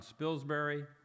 Spilsbury